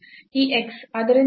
ಆದ್ದರಿಂದ ಇದು 0